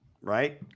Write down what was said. right